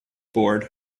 board